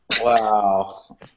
Wow